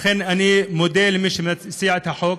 לכן, אני מודה למי שהציע את החוק.